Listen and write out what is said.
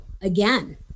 again